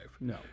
No